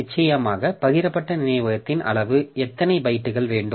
நிச்சயமாக பகிரப்பட்ட நினைவகத்தின் அளவு எத்தனை பைட்டுகள் வேண்டும்